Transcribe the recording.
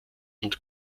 und